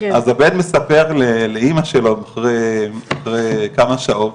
אז הבן מספר לאמא שלו, אחרי כמה שעות,